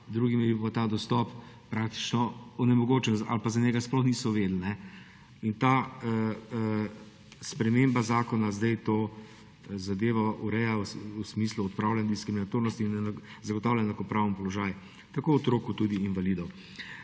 drugim je bil pa ta dostop praktično onemogočen ali za njega sploh niso vedeli. Ta sprememba zakona zdaj to zadevo ureja v smislu odpravljanja diskriminatornosti in zagotavlja enakopraven položaj tako otrok kot invalidov.